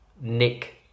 Nick